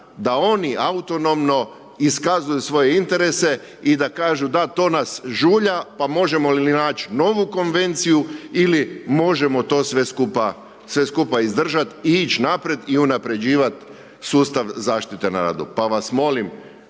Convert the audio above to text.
da oni autonomno iskazuju svoje interese i da kažu da, to nas žulja pa možemo li naći novu konvenciju ili možemo to sve skupa izdržat i ić naprijed i unapređivat sustav zaštite na radu. Pa vas molim